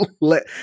let